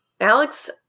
Alex